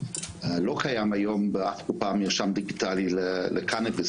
לא קיים היום באף קופה מרשם דיגיטלי לקנביס,